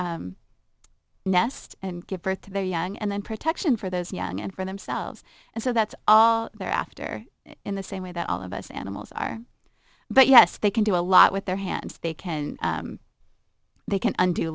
to nest and give birth to their young and then protection for those young and for themselves and so that's all they're after in the same way that all of us animals are but yes they can do a lot with their hands they can they can undo